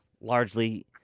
largely –